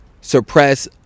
suppress